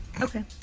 Okay